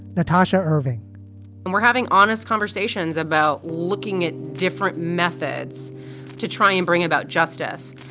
natasha irving and we're having honest conversations about looking at different methods to try and bring about justice.